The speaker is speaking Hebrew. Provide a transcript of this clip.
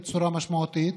בצורה משמעותית,